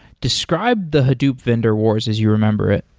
describe the hadoop vendor wars as you remember it.